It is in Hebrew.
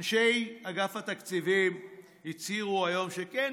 אנשי אגף התקציבים הצהירו היום שכן,